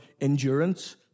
endurance